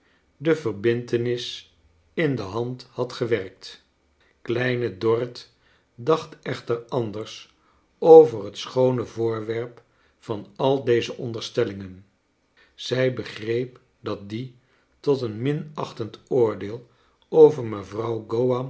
de verbintenis in de hand had gewerki kleine dorrit dacht echter anders over het schoone voorwerp van al deze onderstellingen zij begreep dat die tot een minachtend oordeel over mevrouw